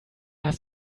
hast